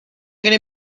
gonna